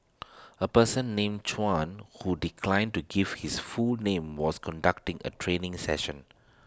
A person named Chuan who declined to give his full name was conducting A training session